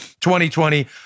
2020